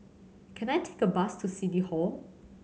can I take a bus to City Hall